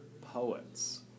poets